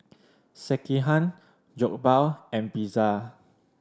Sekihan Jokbal and Pizza